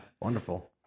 Wonderful